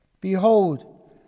Behold